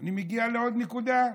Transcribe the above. אני מגיע לעוד נקודה: